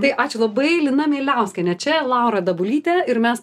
tai ačiū labai lina mieliauskienė čia laura dabulytė ir mes